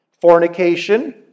fornication